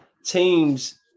Teams